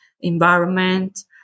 environment